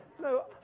No